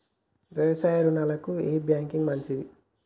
వ్యవసాయ రుణాలకు ఏ బ్యాంక్ మంచిది?